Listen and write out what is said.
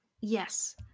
Yes